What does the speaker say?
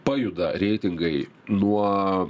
pajuda reitingai nuo